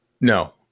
no